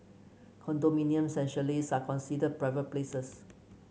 condominiums and chalets are considered private places